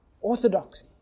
Orthodoxy